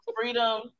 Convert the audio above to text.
freedom